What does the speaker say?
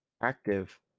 Active